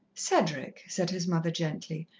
cedric, said his mother gently,